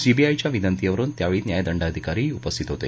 सीबीआयच्या विनंतीवरुन त्यावेळी न्यायदंडाधिकारीही उपस्थित होते